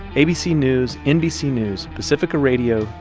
abc news, nbc news, pacifica radio,